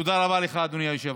תודה רבה לך, אדוני היושב-ראש.